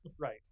Right